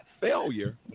failure